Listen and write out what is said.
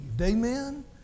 Amen